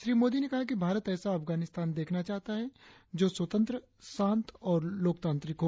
श्री मोदी ने कहा कि भारत ऐसा अफगानिस्तान देखना चाहता है जो स्वतंत्र शांत और लोकतांत्रिक हो